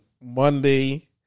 Monday